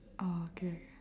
oh okay